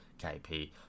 KP